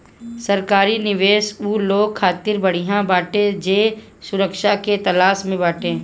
सरकारी निवेश उ लोग खातिर बढ़िया बाटे जे सुरक्षा के तलाश में बाटे